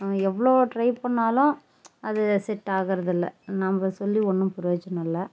எவ்வளோ ட்ரை பண்ணாலும் அது செட் ஆகுறதுல்ல நம்ப சொல்லி ஒன்றும் ப்ரயோஜனம் இல்லை